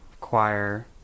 choir